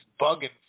bugging